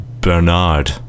Bernard